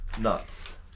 Nuts